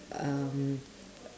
um